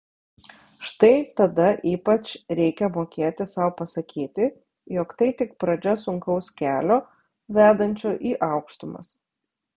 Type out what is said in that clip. štai tada ypač reikia mokėti sau pasakyti jog tai tik pradžia sunkaus kelio vedančio į aukštumas